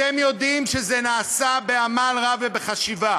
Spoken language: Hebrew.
אתם יודעים שזה נעשה בעמל רב ובחשיבה.